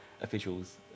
officials